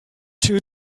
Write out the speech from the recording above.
two